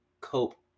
cope